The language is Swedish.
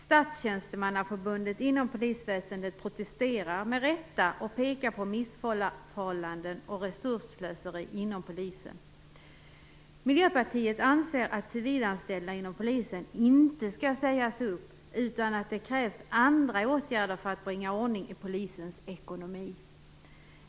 Statstjänstemannaförbundet inom polisväsendet protesterar med rätta och pekar på missförhållanden och resursslöseri inom polisen. Miljöpartiet anser att civilanställda inom polisen inte skall sägas upp, utan att det krävs andra åtgärder för att bringa ordning i polisens ekonomi.